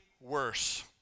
worse